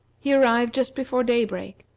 he arrived just before daybreak,